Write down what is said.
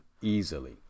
easily